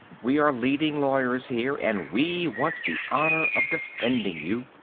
we are leading lawyers here, and we want the honour of defending you.